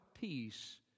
peace